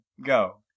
go